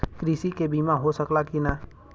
कृषि के बिमा हो सकला की ना?